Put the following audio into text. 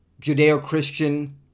Judeo-Christian